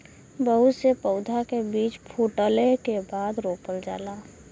बहुत से पउधा के बीजा फूटले के बादे रोपल जाला